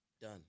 done